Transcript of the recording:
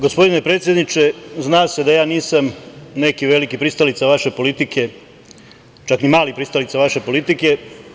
Gospodine predsedniče, zna se da ja nisam neki veliki pristalica vaše politike, čak ni mali pristalica vaše politike.